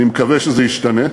אני מקווה שזה ישתנה,